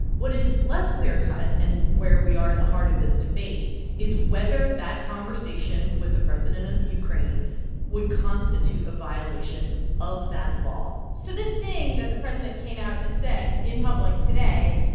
what is less clear-cut and where we are in the heart of this debate is whether that conversation with the president of the ukraine would constitute a violation of that law so this thing that the president came out and said in public today,